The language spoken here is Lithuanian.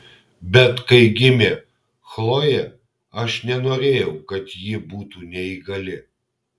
bet kai gimė chlojė aš nenorėjau kad ji būtų neįgali